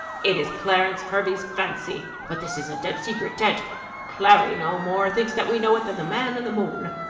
it is clarence hervey's fancy but this is a dead secret dead clary no more thinks that we know it, than the man in the moon.